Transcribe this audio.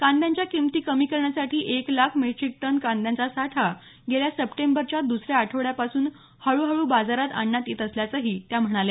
कांद्याच्या किंमती कमी करण्यासाठी एक लाख मेट्रीक टन कांद्याचा साठा गेल्या सप्टेंबरच्या दुसऱ्या आठवड्यापासून हळूहळू बाजारात आणण्यात येत असल्याचंही त्या म्हणाल्या